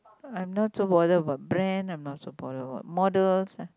I'm not so bother about brand I'm not so bothered about models